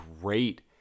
great